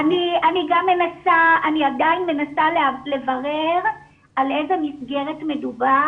אני עדיין מנסה לברר על איזה מסגרת מדובר.